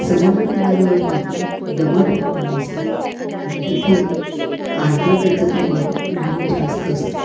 समुद्रकिनाऱ्यावर मात्र दमट हवामान असतं आणि तिथे आर्द्रतेचं प्रमाण नेहमी जास्त असतं